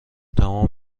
تمام